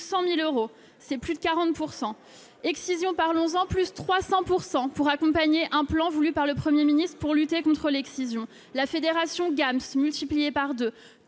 100 000 euros, c'est plus de 40 %-, Excision, parlons-en !- plus 300 % pour accompagner un plan voulu par le Premier ministre en vue de lutter contre l'excision -, la Fédération GAMS- budget multiplié par